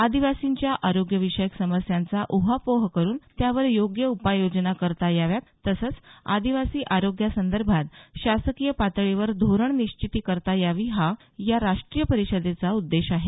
आदिवासींच्या आरोग्यविषयक समस्यांचा उहापोह करून त्यावर योग्य उपाययोजना करता याव्यात तसेच आदिवासी आरोग्य संदर्भात शासकीय पातळीवर धोरण निश्चिती करता यावी हा या राष्ट्रीय परिषदेचा उद्देश आहे